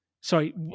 Sorry